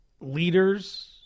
leaders